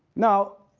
now,